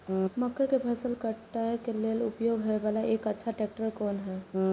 मक्का के फसल काटय के लिए उपयोग होय वाला एक अच्छा ट्रैक्टर कोन हय?